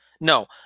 No